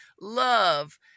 love